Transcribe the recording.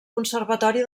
conservatori